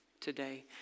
today